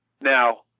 Now